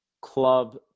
club